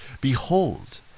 Behold